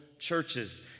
Churches